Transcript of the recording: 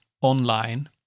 online